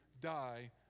die